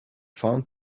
found